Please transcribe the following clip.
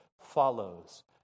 follows